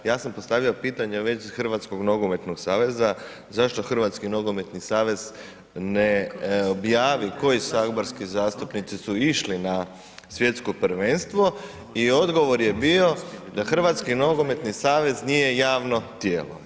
Ja sam postavio pitanje u vezi Hrvatskog nogometnog saveza zašto Hrvatski nogometni savez ne objavi koji saborski zastupnici su išli na svjetsko prvenstvo i odgovor je bio da Hrvatski nogometni savez nije javno tijelo.